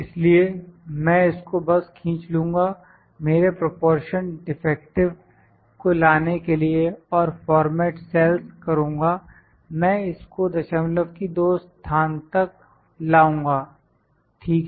इसलिए मैं इसको बस खींच लूँगा मेरे प्रोपोर्शन डिफेक्टिव को लाने के लिए और फॉर्मेट सेल्स करूँगा मैं इस को दशमलव की दो स्थान तक लाऊंगा ठीक है